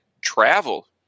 travel